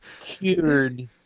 Cured